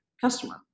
customer